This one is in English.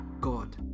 God